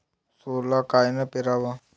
सोला कायनं पेराव?